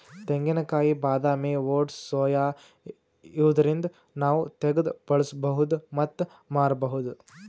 ತೆಂಗಿನಕಾಯಿ ಬಾದಾಮಿ oats soya ಇವ್ದರಿಂದ್ ನಾವ್ ತಗ್ದ್ ಬಳಸ್ಬಹುದ್ ಮತ್ತ್ ಮಾರ್ಬಹುದ್